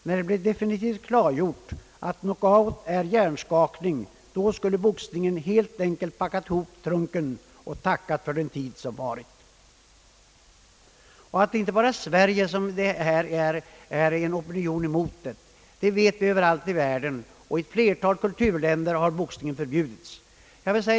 När det blev definitivt klargjort att knockout är hjärnskakning då skulle boxningen helt enkelt packat ihop trunken och tacka för den tid som varit.» Vi vet att det inte bara i Sverige, utan överallt i världen, finns en opinion mot boxningen. I ett flertal kulturländer har boxningen förbjudits.